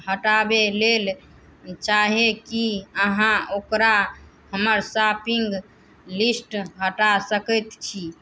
हटाबै लेल चाहै कि अहाँ ओकरा हमर शॉपिन्ग लिस्ट हटा सकै छी